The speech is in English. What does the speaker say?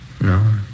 No